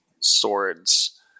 swords